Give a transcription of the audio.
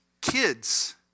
kids